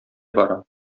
барам